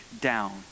down